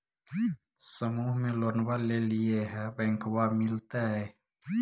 समुह मे लोनवा लेलिऐ है बैंकवा मिलतै?